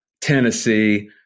Tennessee